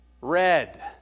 red